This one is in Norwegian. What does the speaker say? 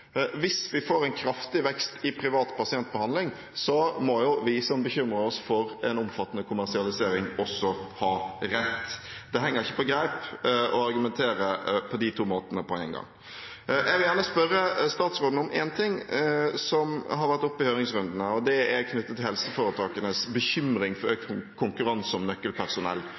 Hvis vi får en kraftig vekst i privat pasientbehandling, må vi som bekymrer oss for en omfattende kommersialisering, også ha rett. Det henger ikke på greip å argumentere på to måter på én gang. Jeg vil gjerne spørre statsråden om en ting som har vært oppe i høringsrundene, og det er knyttet til helseforetakenes bekymring for økt